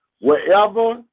Wherever